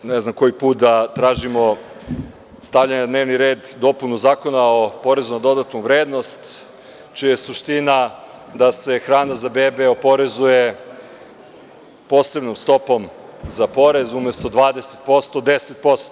Ovo je, ne znam koji put da tražimo stavljanje na dnevni red dopunu Zakona o porezu na dodatu vrednost čija je suština da se hrana za bebe oporezuje, posebnom stopom za porez, umesto 20% na 10%